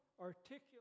articulate